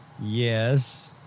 yes